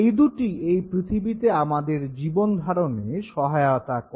এই দু'টিই এই পৃথিবীতে আমাদের জীবনধারণে সহায়তা করে